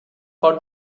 for